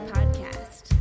Podcast